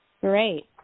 Great